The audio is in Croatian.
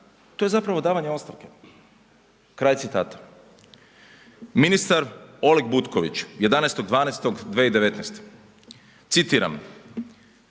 to je zapravo davanje ostavke.“ Ministar Oleg Butković, 11.12.2019., citiram: